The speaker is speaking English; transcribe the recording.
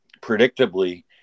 predictably